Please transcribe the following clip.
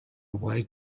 away